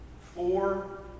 four